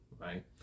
right